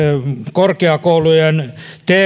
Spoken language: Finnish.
korkeakoulujen